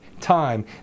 time